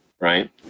Right